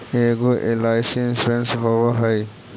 ऐगो LIC insurance होव है?